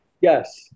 Yes